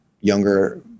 younger